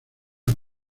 las